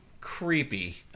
creepy